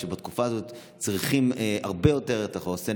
בתקופה הזאת צריכים הרבה יותר את החוסן,